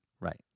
Right